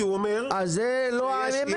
כי הוא אומר שיש --- אבל זאת לא האמת,